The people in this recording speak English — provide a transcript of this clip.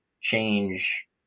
change